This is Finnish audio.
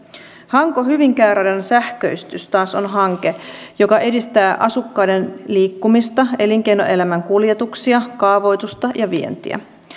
hanko hyvinkää radan sähköistys taas on hanke joka edistää asukkaiden liikkumista elinkeinoelämän kuljetuksia kaavoitusta ja vientiä